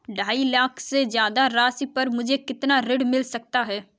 ढाई लाख से ज्यादा राशि पर मुझे कितना ऋण मिल सकता है?